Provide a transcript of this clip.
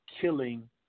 killing